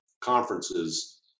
conferences